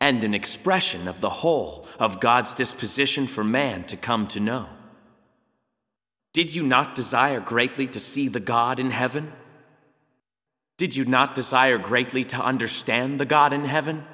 and an expression of the whole of god's disposition for man to come to know did you not desire greatly to see the god in heaven did you not desire greatly to understand the god in heaven